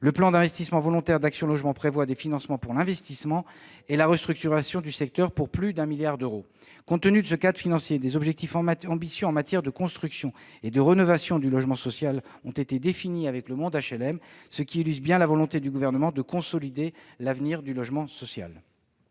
Le plan d'investissement volontaire d'Action Logement prévoit des financements pour l'investissement et la restructuration du secteur pour plus d'un milliard d'euros. Compte tenu de ce cadre financier, des objectifs ambitieux en matière de construction et de rénovation du logement social ont été définis avec le monde HLM, ce qui illustre bien la volonté du Gouvernement de consolider l'avenir du logement social.